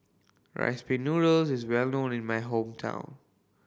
Rice Pin Noodles is well known in my hometown